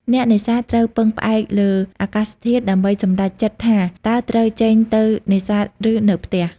អ្នកនេសាទត្រូវពឹងផ្អែកលើ អាកាសធាតុ ដើម្បីសម្រេចចិត្តថាតើត្រូវចេញទៅនេសាទឬនៅផ្ទះ។